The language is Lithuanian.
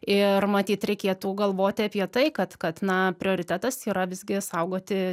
ir matyt reikėtų galvoti apie tai kad kad na prioritetas yra visgi saugoti